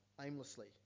aimlessly